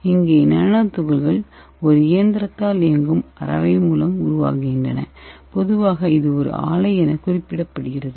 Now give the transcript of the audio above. இங்கே நானோ துகள்கள் ஒரு இயந்திரத்தால் இயங்கும் அரைவை மூலம் உருவாகின்றன பொதுவாக இது ஒரு ஆலை என குறிப்பிடப்படுகிறது